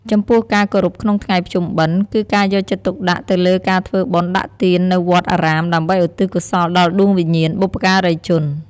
ចំពោះការគោរពក្នុងថ្ងៃភ្ជុំបិណ្ឌ គឺការយកចិត្តទុកដាក់ទៅលើការធ្វើបុណ្យដាក់ទាននៅវត្តអារាមដើម្បីឧទ្ទិសកុសលដល់ដួងវិញ្ញាណបុព្វការីជន។